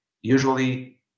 Usually